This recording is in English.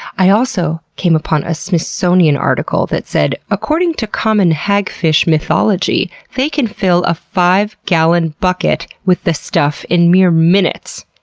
i also came upon a smithsonian article that said, according to common hagfish mythology, mythology, they can fill a five gallon bucket with the stuff in mere minutes,